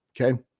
Okay